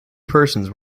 persons